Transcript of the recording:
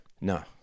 no